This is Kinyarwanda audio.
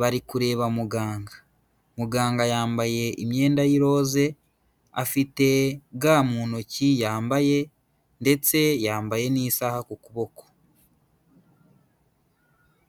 bari kureba muganga, muganga yambaye imyenda y'iroze, afite ga mu ntoki yambaye ndetse yambaye n'isaha ku kuboko.